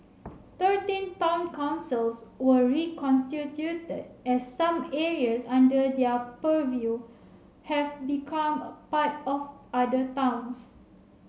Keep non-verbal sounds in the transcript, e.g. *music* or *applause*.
thirteen town councils were reconstituted as some areas under their purview have become *hesitation* part of other towns